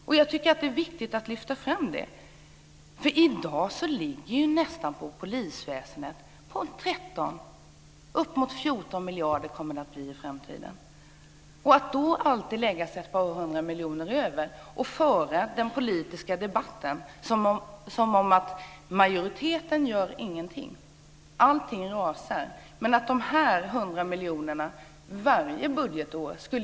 Jag tycker att det är viktigt att lyfta fram det. I dag får polisväsendet 13 miljarder. Uppemot 14 miljarder kommer det att bli i framtiden. Att då alltid lägga sig ett par hundra miljoner över och i debatten säga att majoriteten inte gör någonting och att allting rasar, men att de hundra miljoner extra man föreslår skulle göra stor skillnad, är populism.